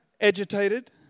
agitated